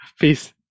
Peace